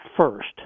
first